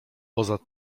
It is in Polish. poza